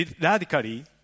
radically